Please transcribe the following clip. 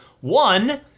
One